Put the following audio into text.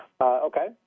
Okay